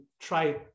try